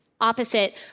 opposite